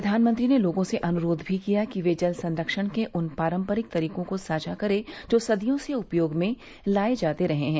प्रधानमंत्री ने लोगों से यह अनुरोध भी किया कि वे जल संरक्षण के उन पारम्परिक तरीकों को साझा करें जो सदियों से उपयोग में लाए जाते रहे हैं